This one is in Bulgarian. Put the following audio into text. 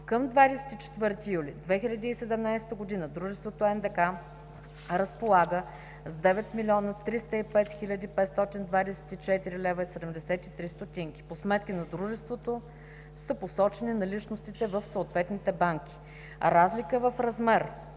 Към 24 юли 2017 г. Дружеството „НДК“ разполага с 9 млн. 305 хил. 524,73 лв. По сметки на Дружеството са посочени наличностите в съответните банки. Разлика в размер